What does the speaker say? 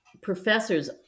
professors